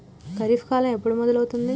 ఖరీఫ్ కాలం ఎప్పుడు మొదలవుతుంది?